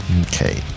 Okay